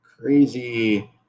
crazy